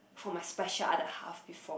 for my special other half before